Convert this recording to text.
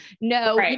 No